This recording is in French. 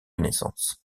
naissance